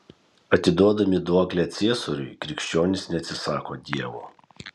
atiduodami duoklę ciesoriui krikščionys neatsisako dievo